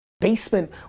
basement